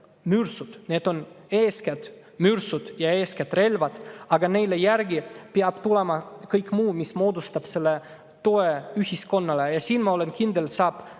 Need on eeskätt mürsud ja eeskätt relvad, aga neile järgi peab tulema kõik muu, mis moodustab selle toe ühiskonnale. Ja siin ma olen kindel, et saab